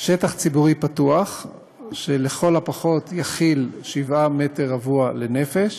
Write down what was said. שטח ציבורי פתוח שיכיל לכל הפחות יכיל שבעה מטרים רבועים לנפש